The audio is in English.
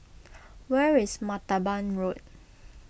where is Martaban Road